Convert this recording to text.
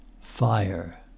Fire